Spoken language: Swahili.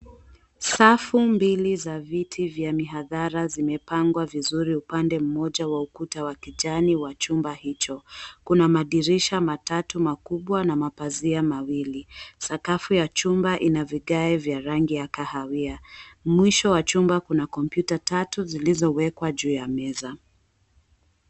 Safu mbili za viti vya mihadhara zimepangwa vizuri upande mmoja wa ukuta wa kijani wa chumba hicho kuna madirisha matatu makubwa na mapazia mawili. Sakafu ya chumba ina vigae vya rangi ya kahawia, mwisho wa chumba kuna kompyuta tatu zilizowekwa juu ya meza.